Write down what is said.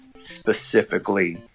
specifically